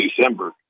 December